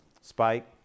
spike